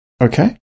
Okay